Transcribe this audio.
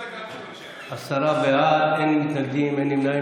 עשרה בעד, אין מתנגדים, אין נמנעים.